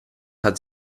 hat